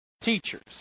teachers